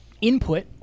input